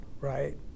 right